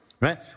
right